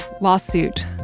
lawsuit